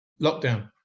lockdown